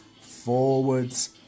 forwards